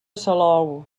salou